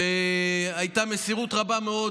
והייתה מסירות רבה מאוד